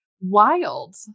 wild